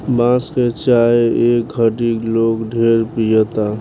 बांस के चाय ए घड़ी लोग ढेरे पियता